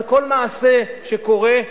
על כל מעשה שקורה.